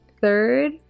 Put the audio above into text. third